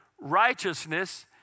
Righteousness